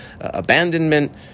abandonment